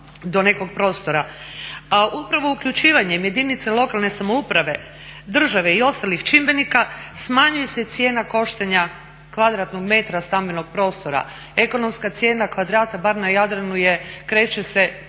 upravo uključivanjem jedinica lokalne samouprave, države i ostalih čimbenika smanjuje se i cijena koštanja kvadratnog metra stambenog prostora. Ekonomska cijena kvadrata bar na Jadranu kreće se